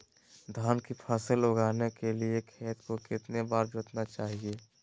धान की फसल उगाने के लिए खेत को कितने बार जोतना चाइए?